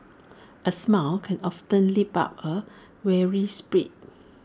A smile can often lift up A weary spirit